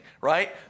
right